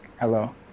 Hello